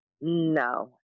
No